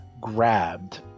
grabbed